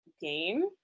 game